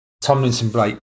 Tomlinson-Blake